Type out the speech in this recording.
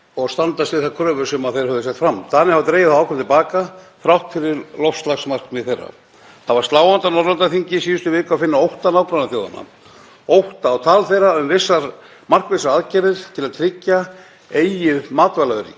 óttann í tali þeirra um markvissar aðgerðir til að tryggja eigið matvælaöryggi. Íslendingar verða að stórauka uppbyggingu sína á innviðum til að standast þær kröfur sem Evrópuþjóðir standa frammi fyrir